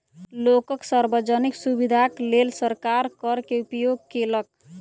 लोकक सार्वजनिक सुविधाक लेल सरकार कर के उपयोग केलक